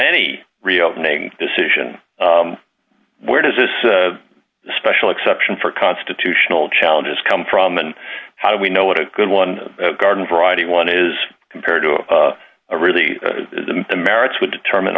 any reopening decision where does this special exception for constitutional challenges come from and how do we know what a good one garden variety one is compared to a really the merits would determine